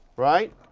right?